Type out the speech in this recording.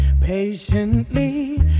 patiently